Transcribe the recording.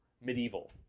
medieval